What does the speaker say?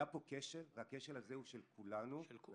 היה פה כשל, והוא של כולנו.